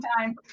time